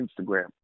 Instagram